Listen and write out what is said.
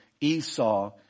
Esau